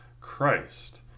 Christ